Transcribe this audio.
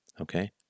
Okay